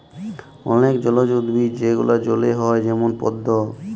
অলেক জলজ উদ্ভিদ যেগলা জলে হ্যয় যেমল পদ্দ